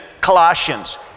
Colossians